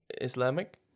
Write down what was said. Islamic